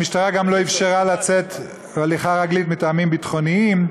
המשטרה גם לא אפשרה לצאת בהליכה רגלית מטעמים ביטחוניים,